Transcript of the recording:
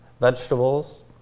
vegetables